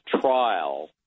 trial